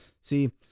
See